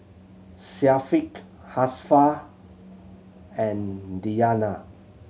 Syafiq Hafsa and Diyana